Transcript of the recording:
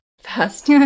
fast